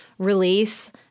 release